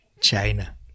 China